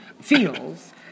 feels